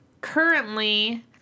currently